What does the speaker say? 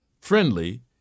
friendly